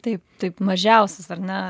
taip taip mažiausias ar ne